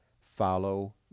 follow